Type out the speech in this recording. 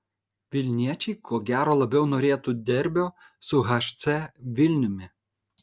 vilniečiai ko gero labiau norėtų derbio su hc vilniumi